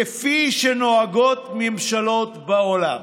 כפי שנוהגות ממשלות בעולם.